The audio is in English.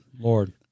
Lord